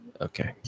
Okay